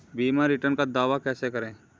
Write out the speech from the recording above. बीमा रिटर्न का दावा कैसे करें?